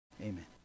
amen